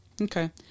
Okay